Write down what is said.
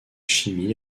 chimie